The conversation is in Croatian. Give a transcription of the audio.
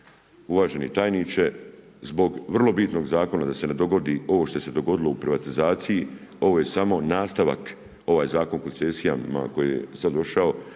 uvaženi tajniče, zbog vrlo bitnog zakona da se ne dogodi ovo što se dogodilo u privatizaciji ovo je samo nastavak, ovaj Zakon o koncesijama koji je sad došao,